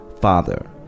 father